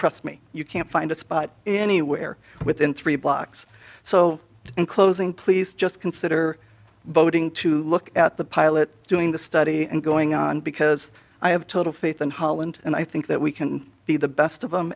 trust me you can't find a spot in anywhere within three blocks so in closing please just consider voting to look at the pilot doing the study and going on because i have total faith in holland and i think that we can be the best of them